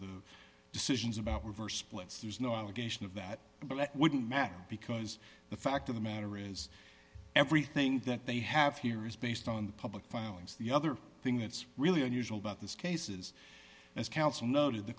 the decisions about reverse splits there's no allegation of that but that wouldn't matter because the fact of the matter is everything that they have here is based on the public filings the other thing that's really unusual about this case is as counsel noted the